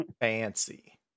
Fancy